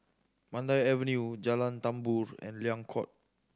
Mandai Avenue Jalan Tambur and Liang Court